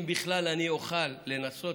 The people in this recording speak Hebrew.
אם בכלל אני אוכל לנסות,